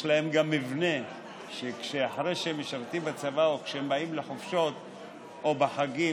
יש להם גם מבנה שאחרי שהם משרתים בצבא או כשהם באים לחופשות או בחגים,